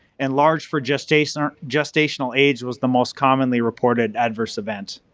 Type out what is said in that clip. enlarged for gestational gestational age was the most commonly reported adverse event.